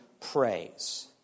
praise